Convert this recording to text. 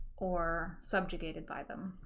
or subjugated by them.